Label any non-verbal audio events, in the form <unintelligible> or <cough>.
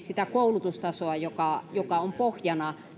<unintelligible> sitä koulutustasoa joka joka on pohjana